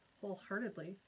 wholeheartedly